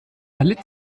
erlitt